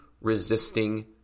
resisting